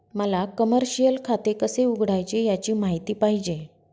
मला कमर्शिअल खाते कसे उघडायचे याची माहिती पाहिजे